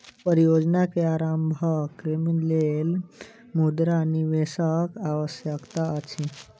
परियोजना के आरम्भक लेल मुद्रा निवेशक आवश्यकता अछि